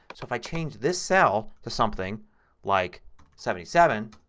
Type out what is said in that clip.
but so if i change this cell to something like seventy seven